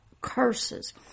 curses